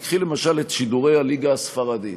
קחי, למשל, את שידורי הליגה הספרדית.